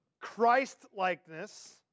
Christ-likeness